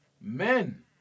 Men